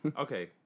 Okay